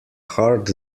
heart